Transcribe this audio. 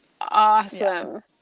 Awesome